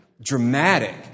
Dramatic